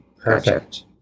Perfect